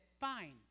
fine